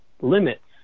limits